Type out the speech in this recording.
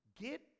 Get